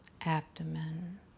abdomen